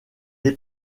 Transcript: est